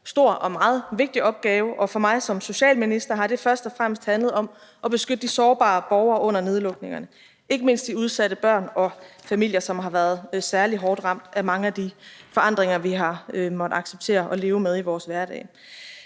stor og meget vigtig opgave, og for mig som socialminister har det først og fremmest handlet om at beskytte de sårbare borgere under nedlukningerne, ikke mindst de udsatte børn og familier, som har været særlig hårdt ramt af mange af de forandringer, vi har måttet acceptere at leve med i vores hverdag.